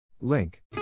Link